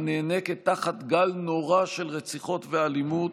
הנאנקת תחת גל נורא של רציחות ואלימות,